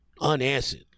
Unanswered